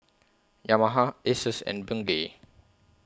Yamaha Asus and Bengay